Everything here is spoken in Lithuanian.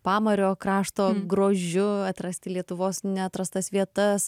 pamario krašto grožiu atrasti lietuvos neatrastas vietas